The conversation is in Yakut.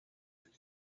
эбит